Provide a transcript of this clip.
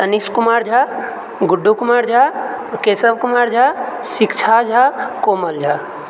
Manish Kumar Jha Guddu Kumar Jha Keshav Kumar Jha Shiksha Jha Komal Jha